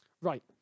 right